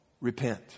repent